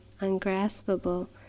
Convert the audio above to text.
ungraspable